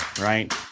right